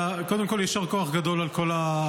קודם כול, יישר כוח גדול על פועלכם.